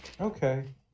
Okay